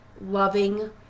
loving